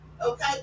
okay